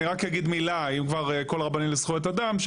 אני רק אגיד מילה אם כבר קול רבני לזכויות אדם,